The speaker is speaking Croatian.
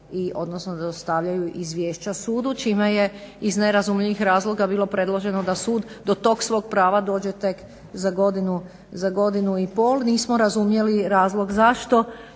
odnosno dostavljaju izvješća sudu čime je iz nerazumljivih razloga bilo predloženo da sud do tog svog prava dođe tek za godinu i pol. Nismo razumjeli razlog zašto,